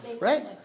right